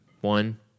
one